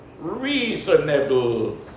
reasonable